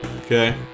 Okay